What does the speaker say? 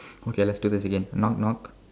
okay let's do this again knock knock